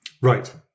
Right